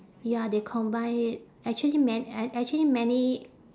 ya they combine it actually man~ ac~ actually many